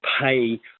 pay